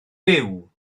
byw